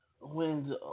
wins